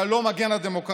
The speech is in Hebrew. אתה לא מגן על דמוקרטיה,